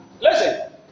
Listen